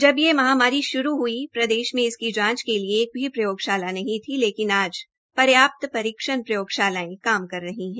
जब ये महामारी श्रू हुई प्रदेश में इसकी जांच के लिए एक भी प्रयोगशाला नही थी लेकिन आज पर्याप्त परीक्षण प्रयोगशालायें काम कर रही है